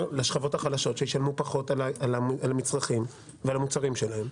לשכבות החלשות ששמעו פחות על המצרכים ועל המוצרים שלהם,